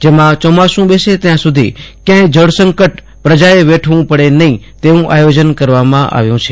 જેમાં ચોમાસુ બેસે ત્યાં સુધી ક્યાંય જળસંકટ પ્રજાએ વેઠવું પડે નહિં તેવું આયોજન કરાયું છે